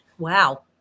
Wow